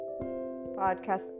podcast